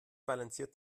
balanciert